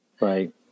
right